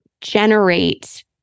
generate